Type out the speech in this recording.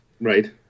Right